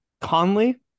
Conley